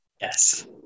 Yes